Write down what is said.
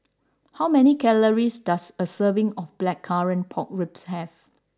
how many calories does a serving of Blackcurrant Pork Ribs have